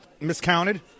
Miscounted